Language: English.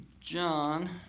john